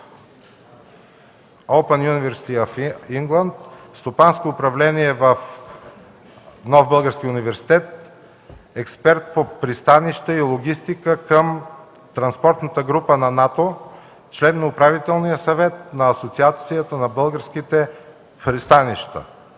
в Англия, по стопанско управление в Нов български университет; експерт по пристанища и логистика към транспортната група на НАТО; член е на Управителния съвет на Асоциацията на българските пристанища.